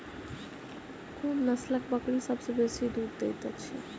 कोन नसलक बकरी सबसँ बेसी दूध देइत अछि?